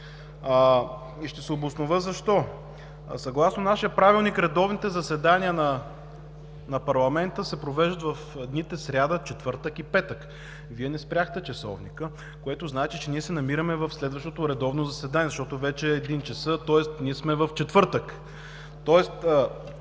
Ще се обоснова защо. Съгласно нашия Правилник редовните заседания на парламента се провеждат в дните: сряда, четвъртък и петък. Вие не спряхте часовника, което значи, че ние се намираме в следващо редовно заседание. Часът вече е 01,00 ч., тоест ние сме в четвъртък.